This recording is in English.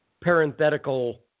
parenthetical